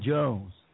Jones